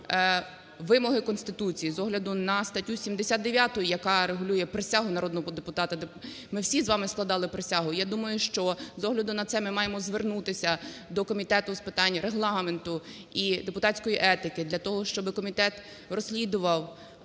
вимоги Конституції, з огляду на статтю 79, яка регулює присягу народного депутата, ми всі з вами складали присягу, я думаю, що з огляду на це ми маємо звернутися до Комітету з питань Регламенту і депутатської етики для того, щоби комітет розслідував